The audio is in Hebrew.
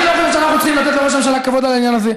אני לא חושב שאנחנו צריכים לתת לראש הממשלה כבוד על העניין הזה.